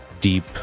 deep